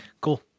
Cool